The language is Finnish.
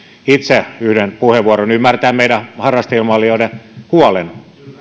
itse yhden puheenvuoron ymmärtäen meidän harrasteilmailijoiden huolen